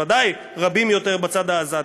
בוודאי רבים יותר בצד העזתי,